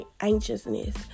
anxiousness